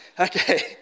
Okay